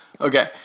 Okay